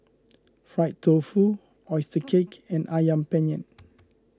Fried Tofu Oyster Cake and Ayam Penyet